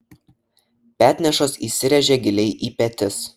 petnešos įsiręžia giliai į petis